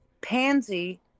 Pansy